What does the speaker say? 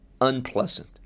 unpleasant